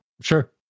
Sure